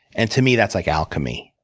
and to me, that's like alchemy.